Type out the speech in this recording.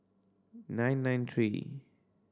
nine nine three